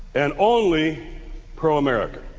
and only pro-american.